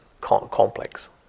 complex